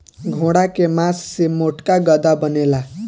घोड़ा के मास से मोटका गद्दा बनेला